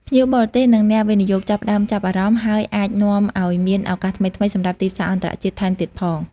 ភ្ញៀវបរទេស និងអ្នកវិនិយោគចាប់ផ្តើមចាប់អារម្មណ៍ ហើយអាចនាំឲ្យមានឱកាសថ្មីៗសម្រាប់ទីផ្សារអន្តរជាតិថែមទៀតផង។